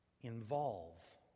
involve